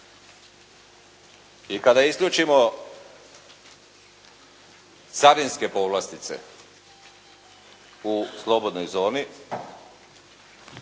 I kada isključimo carinske povlastice u slobodnoj zoni